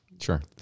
Sure